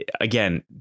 again